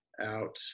out